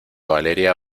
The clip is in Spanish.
valeria